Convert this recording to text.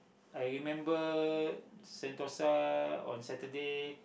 I remember Sentosa on Saturday